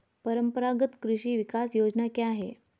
परंपरागत कृषि विकास योजना क्या है?